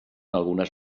algunes